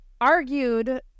argued